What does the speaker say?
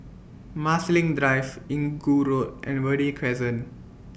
Marsiling Drive Inggu Road and Verde Crescent